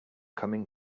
coming